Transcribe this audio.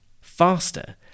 faster